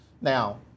Now